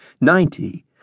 ninety